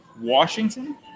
Washington